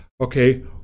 okay